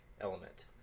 element